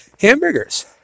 hamburgers